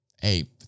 hey